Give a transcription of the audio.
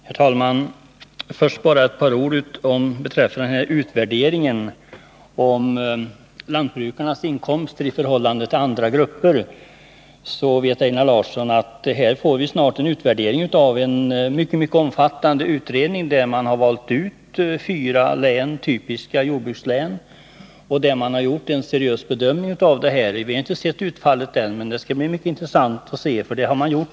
Herr talman! Först några ord om utvärderingen av lantbrukarnas inkomster i förhållande till andra grupper. Einar Larsson vet att vi snart får en utvärdering i en mycket omfattande utredning, där man har valt ut fyra typiska jordbrukslän och gjort en seriös bedömning. Det skall bli intressant att se utfallet av dem.